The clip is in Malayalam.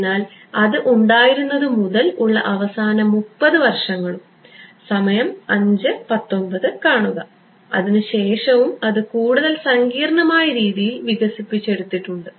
അതിനാൽ അതു ഉണ്ടായിരുന്നതു മുതൽ ഉള്ള അവസാന 30 വർഷങ്ങളും അതിനുശേഷവും അത് കൂടുതൽ സങ്കീർണ്ണമായ രീതിയിൽ വികസിപ്പിച്ചെടുത്തിട്ടുണ്ട്